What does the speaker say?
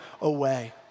away